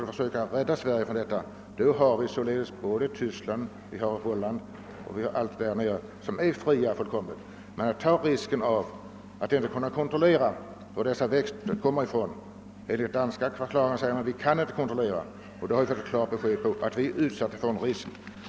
Om vi vill rädda Sverige från att drabbas av päronpest har vi möjlighet att importera från Tyskland, Holland och andra europeiska länder som är fullkomligt fria från denna pest. När danskarna själva förklarar att de inte kan kontrollera varifrån växterna kommer har vi fått klart besked om att vi är utsatta för en risk.